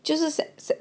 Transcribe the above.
就是 sets